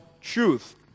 truth